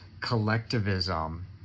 collectivism